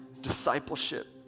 Discipleship